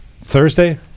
Thursday